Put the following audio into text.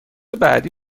بعدی